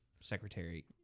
secretary